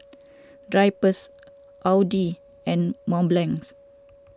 Drypers Audi and Mont Blanc